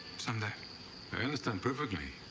someday. i understand perfectly.